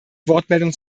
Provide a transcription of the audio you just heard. wortmeldung